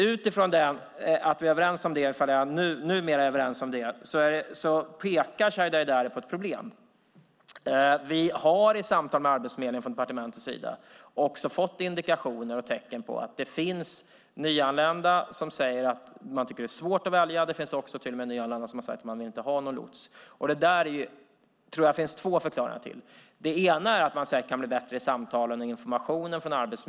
Utifrån att vi numera är överens om det pekar Shadiye Heydari på ett problem. Departementet har i samtal med Arbetsförmedlingen fått indikationer och tecken på att det finns nyanlända som säger att de tycker att det är svårt att välja. Det finns till och med nyanlända som har sagt att de inte vill ha någon lots. Jag tror att det finns två förklaringar till detta. Den ena är att Arbetsförmedlingen säkert kan bli bättre i samtalen och informationen.